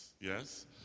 Yes